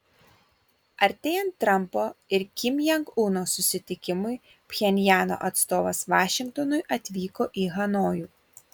artėjant trampo ir kim jong uno susitikimui pchenjano atstovas vašingtonui atvyko į hanojų